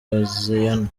hoziana